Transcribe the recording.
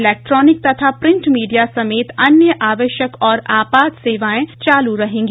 electronic तथा print media समेत अन्य आवश्यक और आपात सेवाएं चालू रहेंगी